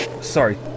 Sorry